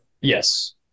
Yes